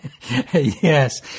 Yes